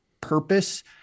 purpose